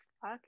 fuck